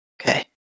Okay